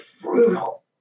brutal